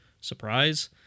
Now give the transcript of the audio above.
Surprise